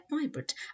vibrant